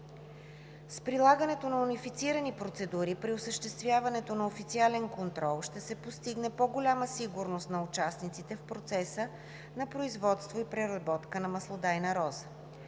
С прилагането на унифицирани процедури при осъществяването на официален контрол ще се постигне по-голяма сигурност на участниците в процеса на производство и преработка на маслодайна роза.